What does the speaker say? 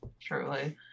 Truly